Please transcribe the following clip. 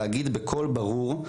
להגיד בקול ברור,